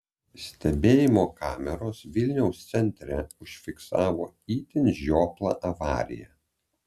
stebėjimo kameros vilniaus centre užfiksavo itin žioplą avariją